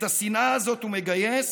את השנאה הזאת הוא מגייס,